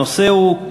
הנושא הוא: